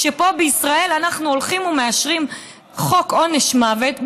כשפה בישראל אנחנו הולכים ומאשרים חוק עונש מוות,